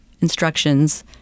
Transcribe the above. instructions